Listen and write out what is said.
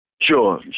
Sure